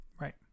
right